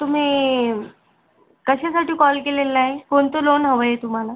तुम्ही कशासाठी कॉल केलेला आहे कोणतं लोन हवं आहे तुम्हाला